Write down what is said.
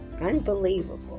Unbelievable